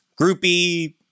groupie